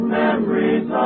memories